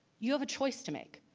you have a choice to make.